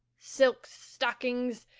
silk stockings,